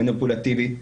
מניפולטיבית,